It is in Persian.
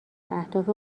اهداف